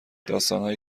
داستانهایی